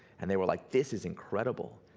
and they were like, this is incredible!